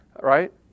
right